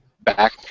back